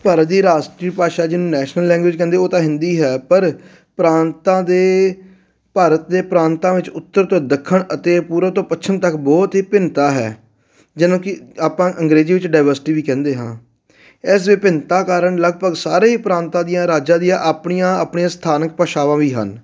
ਭਾਰਤ ਦੀ ਰਾਸ਼ਟਰੀ ਭਾਸ਼ਾ ਜਿਹਨੂੰ ਨੈਸ਼ਨਲ ਲੈਂਗੁਏਜ ਕਹਿੰਦੇ ਉਹ ਤਾਂ ਹਿੰਦੀ ਹੈ ਪਰ ਪ੍ਰਾਂਤਾਂ ਦੇ ਭਾਰਤ ਦੇ ਪ੍ਰਾਂਤਾਂ ਵਿੱਚ ਉੱਤਰ ਤੋਂ ਦੱਖਣ ਅਤੇ ਪੂਰਵ ਤੋਂ ਪੱਛਮ ਤੱਕ ਬਹੁਤ ਹੀ ਭਿੰਨਤਾ ਹੈ ਜਿਹਨੂੰ ਕਿ ਆਪਾਂ ਅੰਗਰੇਜ਼ੀ ਵਿੱਚ ਡਾਇਵਰਸਿਟੀ ਵੀ ਕਹਿੰਦੇ ਹਾਂ ਇਸ ਵਿਭਿੰਨਤਾ ਕਾਰਨ ਲਗਭਗ ਸਾਰੇ ਹੀ ਪ੍ਰਾਂਤਾਂ ਦੀਆਂ ਰਾਜਾਂ ਦੀਆਂ ਆਪਣੀਆਂ ਆਪਣੀਆਂ ਸਥਾਨਕ ਭਾਸ਼ਾਵਾਂ ਵੀ ਹਨ